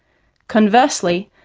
conversely,